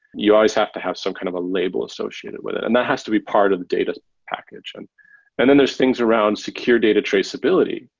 you always have to have some kind of a label associated with it, and that has to be part of data package. and and then there are things around secure data traceability.